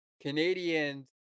Canadians